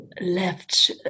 left